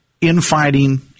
infighting